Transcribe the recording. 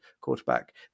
quarterback